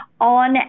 on